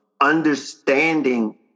understanding